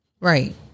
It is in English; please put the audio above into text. right